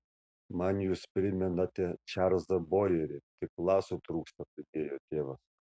man jūs primenate čarlzą bojerį tik laso trūksta pridėjo tėvas